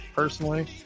personally